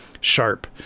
sharp